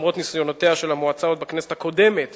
ולמרות שניסיונותיה של המועצה עוד בכנסת הקודמת